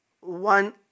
One